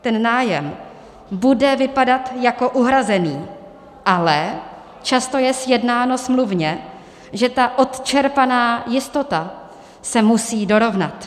Ten nájem bude vypadat jako uhrazený, ale často je sjednáno smluvně, že ta odčerpaná jistota se musí dorovnat.